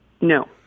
No